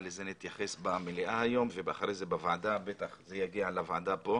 לזה נתייחס במליאה היום ואחר כך זה יגיע לוועדה כאן.